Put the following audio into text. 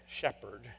shepherd